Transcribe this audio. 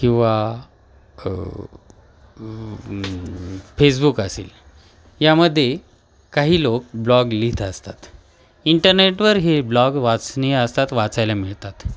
किंवा फेसबुक असेल यामध्ये काही लोक ब्लॉग लिहित असतात इंटरनेटवर हे ब्लॉग वाचनीय असतात वाचायला मिळतात